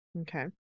Okay